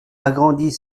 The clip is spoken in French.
agrandit